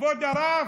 כבוד הרב,